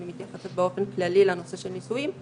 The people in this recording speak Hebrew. אני מתייחסת באופן כללי לנושא של נישואים,